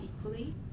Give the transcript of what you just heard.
equally